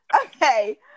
okay